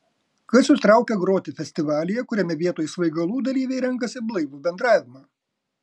kas jus traukia groti festivalyje kuriame vietoj svaigalų dalyviai renkasi blaivų bendravimą